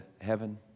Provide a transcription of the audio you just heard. heaven